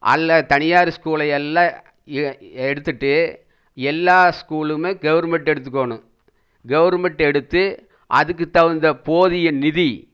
அல்ல தனியார் ஸ்கூலை எல்லாம் எடு எடுத்துட்டு எல்லா ஸ்கூலுமே கவர்மெண்ட் எடுத்துக்கணும் கவர்மெண்ட் எடுத்து அதுக்கு தகுந்த போதிய நிதி